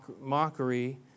mockery